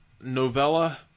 novella